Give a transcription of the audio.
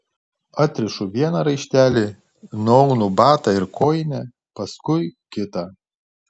atrišu vieną raištelį nuaunu batą ir kojinę paskui kitą